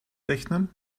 rechnen